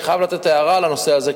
אני חייב לתת הערה על הנושא הזה,